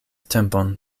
tempon